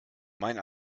mein